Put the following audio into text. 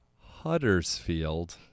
Huddersfield